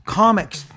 comics